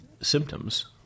symptoms